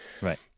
Right